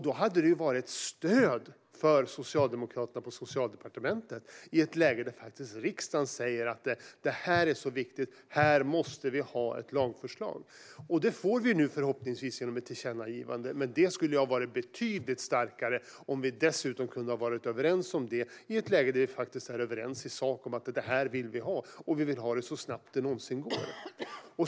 Då vore det ett stöd för socialdemokraterna på Socialdepartementet om riksdagen säger: Det här är så viktigt att här måste vi ha ett lagförslag. Det får vi förhoppningsvis nu genom ett tillkännagivande, men det skulle ha varit betydligt starkare om vi kunde ha varit överens om det i ett läge där vi faktiskt är överens i sak om att vi vill ha det här och ha det så snabbt det någonsin går.